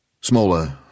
smaller